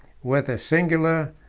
with the singular,